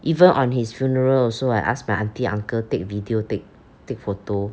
even on his funeral also I ask my aunty uncle take video take take photo